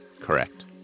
Correct